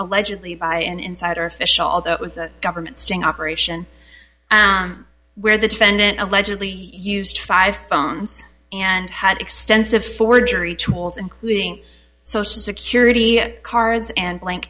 allegedly by an insider official although it was a government sting operation where the defendant allegedly used five phones and had extensive forgery tools including social security cards and blank